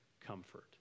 comfort